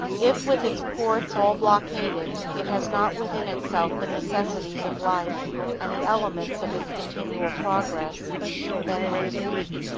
if, with its ports all blockaded it has not within itself the necessities of life and the elements of its continual progress then it is weak,